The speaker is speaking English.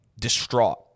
distraught